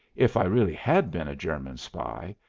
if i really had been a german spy,